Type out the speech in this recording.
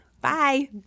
Bye